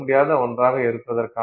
அதுதான் நமக்கு முக்கியம்